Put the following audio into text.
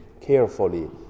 carefully